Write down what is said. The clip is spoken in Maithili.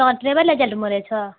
कौन ट्रेवल एजेण्ट बोलै छऽ